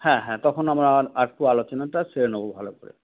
হ্যাঁ হ্যাঁ তখন আমরা আরেকটু আলোচনাটা সেরে নেবো ভালো করে